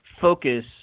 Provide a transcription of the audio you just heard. focus